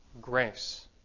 grace